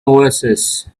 oasis